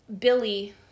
Billy